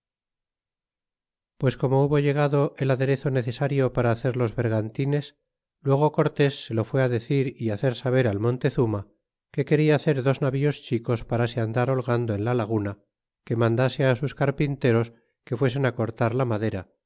pues como hubo llegado el aderezo necesario para hacer los vergantines luego cortés se lo im fue decir y hacer saber al montezuma que quería hacer dos navíos chicos para se andar holgando en la laguna que mandase á sus carpinteros que fuesen cortar la madera